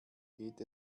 geht